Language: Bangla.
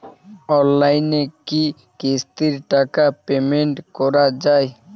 অনলাইনে কি কিস্তির টাকা পেমেন্ট করা যায়?